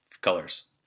colors